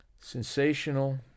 Sensational